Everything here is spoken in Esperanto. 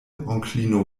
onklino